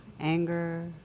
anger